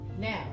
Now